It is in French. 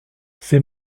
ces